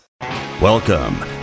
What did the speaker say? Welcome